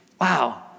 Wow